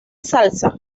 salsa